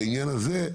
בעניין הזה,